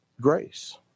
grace